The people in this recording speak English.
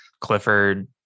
Clifford